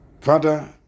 Father